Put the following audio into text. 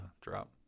drop